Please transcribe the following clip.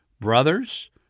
brothers